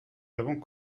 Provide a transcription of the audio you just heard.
avons